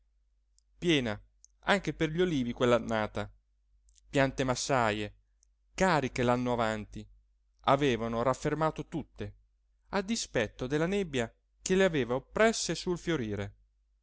piena anche per gli olivi quell'annata piante massaje cariche l'anno avanti avevano raffermato tutte a dispetto della nebbia che le aveva oppresse sul fiorire